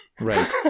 Right